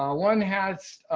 ah one has